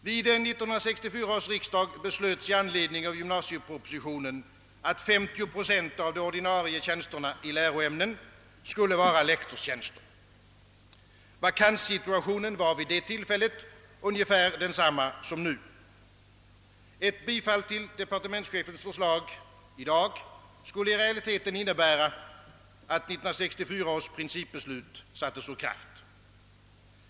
Vid 1964 års riksdag beslöts i anledning av gymnasiepropositionen, att 50 procent av de ordinarie tjänsterna i läroämnen skulle vara lektorstjänster. Vakanssituationen var vid det tillfället ungefär densamma som nu, Ett bifall till departementschefens förslag i dag skulle i realiteten innebära att 1964 års principbeslut sattes ur kraft.